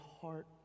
heart